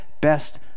best